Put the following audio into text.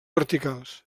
verticals